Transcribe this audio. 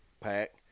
pack